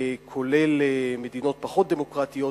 כולל מדינות פחות דמוקרטיות,